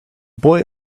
boy